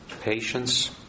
patience